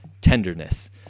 tenderness